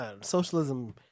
socialism